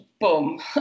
Boom